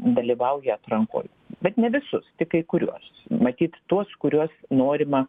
dalyvauja atrankoj bet ne visus tik kai kuriuos matyt tuos kuriuos norima